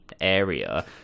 area